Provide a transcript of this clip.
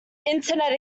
internet